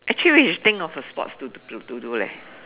actually you should think of a sports to do to to do leh